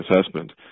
assessment